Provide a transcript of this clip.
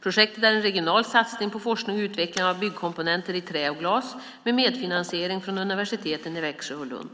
Projektet är en regional satsning på forskning och utveckling av byggkomponenter i trä och glas, med medfinansiering från universiteten i Växjö och Lund.